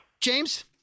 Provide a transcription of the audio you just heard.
James